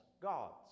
gods